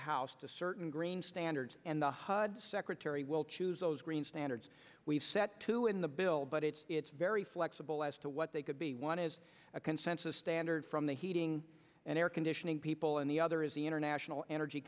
house to certain green standards and the hud secretary will choose those green standards we've set two in the bill but it's it's very flexible as to what they could be one is a consensus standard from the heating and air conditioning people and the other is the international energy